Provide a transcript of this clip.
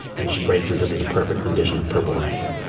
and she breaks into this perfect rendition of purple rain.